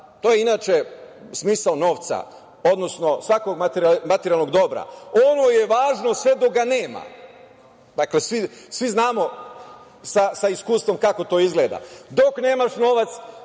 To je inače smisao novca, odnosno svakog materijalnog dobra. Ono je važno sve dok ga nema. Dakle, svi znamo sa iskustvom kako to izgleda. Dok nemaš novac,